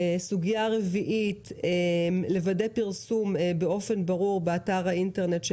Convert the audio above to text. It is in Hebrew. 4. לוודא פרסום באופן ברור באתר האינטרנט של